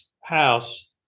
house